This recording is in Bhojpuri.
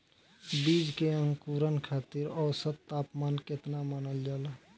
बीज के अंकुरण खातिर औसत तापमान केतना मानल जाला?